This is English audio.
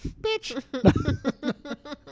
bitch